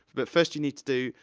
but first you need to do,